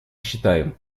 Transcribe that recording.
считаем